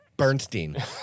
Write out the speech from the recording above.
Bernstein